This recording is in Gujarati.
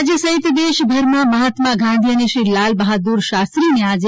રાજય સહિત દેશભરમાં મહાત્મા ગાંધી અને શ્રી લાલ બહાદુર શાસ્ત્રીને આજે